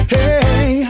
Hey